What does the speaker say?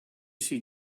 see